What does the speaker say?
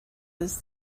was